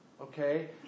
Okay